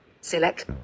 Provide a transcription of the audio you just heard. Select